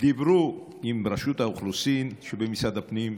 דיברו עם רשות האוכלוסין שבמשרד הפנים.